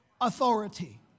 authority